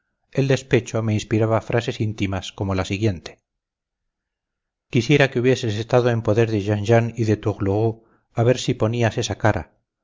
el despecho me inspiraba frases íntimas como la siguiente quisiera que hubieses estado en poder de jean jean y de tourlourou a ver si ponías esa cara